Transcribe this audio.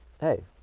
hey